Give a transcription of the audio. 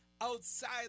outside